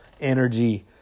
energy